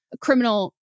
criminal